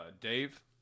Dave